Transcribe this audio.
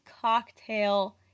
cocktail